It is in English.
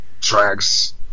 tracks